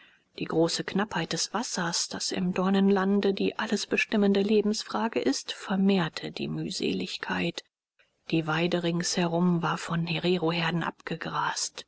die große knappheit des wassers das im dornenlande die alles bestimmende lebensfrage ist vermehrte die mühseligkeit die weide ringsherum war von hereroherden abgegrast